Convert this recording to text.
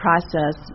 Process